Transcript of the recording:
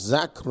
Zach